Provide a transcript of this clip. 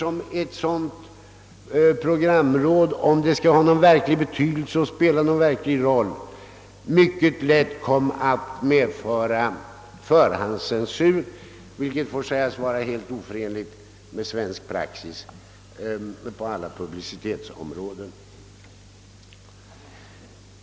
Om ett sådant programråd skulle få verklig betydelse och spela någon större roll, skulle det mycket lätt bli fråga om förhandscensur, vilket måste sägas vara helt oförenligt med svensk praxis på alla publicitetsområden.